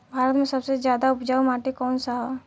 भारत मे सबसे ज्यादा उपजाऊ माटी कउन सा ह?